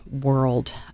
world